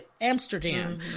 Amsterdam